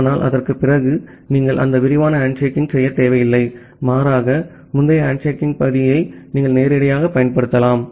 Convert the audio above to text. ஆனால் அதற்குப் பிறகு நீங்கள் அந்த விரிவான ஹேண்ட்ஷேக்கிங் செய்யத் தேவையில்லை மாறாக முந்தைய ஹேண்ட்ஷேக்கிங் பகுதியை நீங்கள் நேரடியாகப் பயன்படுத்தலாம்